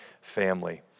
family